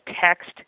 text